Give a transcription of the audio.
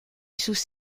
sus